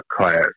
class